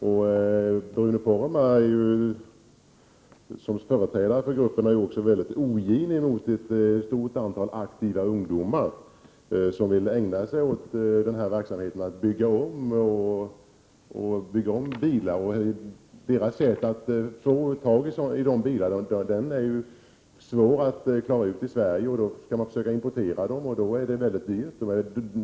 Bruno Poromaa är ju också, som företrädare för gruppen, väldigt ogin emot ett stort antal aktiva ungdomar, som vill ägna sig åt verksamheten att bygga om bilar. De har svårt att få tag i dessa bilar i Sverige. När de skall importera dem blir det mycket dyrt.